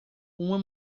uma